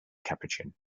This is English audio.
capuchin